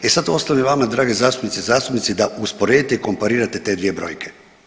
E sad ostavljam vama drage zastupnice i zastupnici da usporedite i komparirate te dvije brojke.